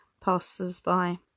passers-by